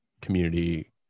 community